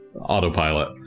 Autopilot